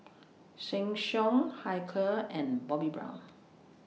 Sheng Siong Hilker and Bobbi Brown